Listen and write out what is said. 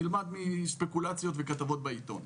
נלמד מספקולציות וכתבות בעיתון.